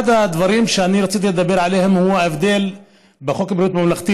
אחד הדברים שרציתי לדבר עליהם הוא ההבדל בחוק בריאות ממלכתי,